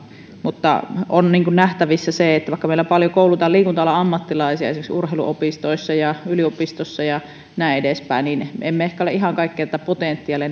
mutta on nähtävissä se että vaikka meillä paljon koulutetaan liikunta alan ammattilaisia esimerkiksi urheiluopistoissa ja yliopistossa ja näin edespäin emme ehkä ole ihan kaikkea tätä potentiaalia